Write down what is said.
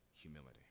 humility